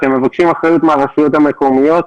אתם מבקשים אחריות מהרשויות המקומיות,